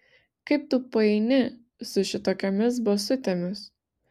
kaip tu paeini su šitokiomis basutėmis